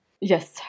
Yes